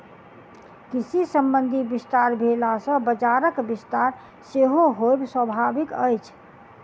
कृषि संबंधी विस्तार भेला सॅ बजारक विस्तार सेहो होयब स्वाभाविक अछि